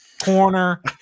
Corner